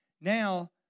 Now